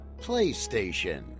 PlayStation